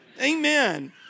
Amen